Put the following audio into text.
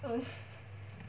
err